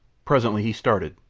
presently he started.